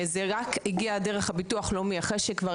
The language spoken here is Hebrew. זה הגיע רק דרך הביטוח הלאומי אחרי שהיא כבר